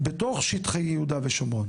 בתוך שטחי יהודה ושמרון?